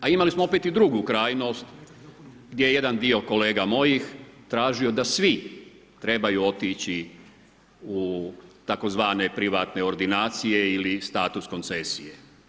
A imali smo opet i drugu krajnost gdje je jedan dio kolega mojih tražio da svi trebaju otići u tzv. privatne ordinacije ili status koncesije.